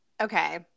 okay